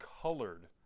colored